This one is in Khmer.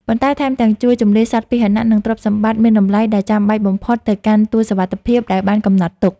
ប៉ុន្តែថែមទាំងជួយជម្លៀសសត្វពាហនៈ និងទ្រព្យសម្បត្តិមានតម្លៃដែលចាំបាច់បំផុតទៅកាន់ទួលសុវត្ថិភាពដែលបានកំណត់ទុក។